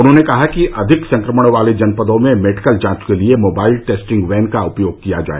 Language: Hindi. उन्होंने कहा कि अधिक संक्रमण वाले जनपदों में मेडिकल जांच के लिए मोबाइल टेस्टिंग वैन का उपयोग किया जाए